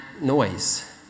noise